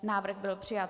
Návrh byl přijat.